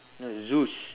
no zeus